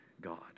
God